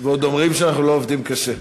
כן, ועוד אומרים שאנחנו לא עובדים קשה.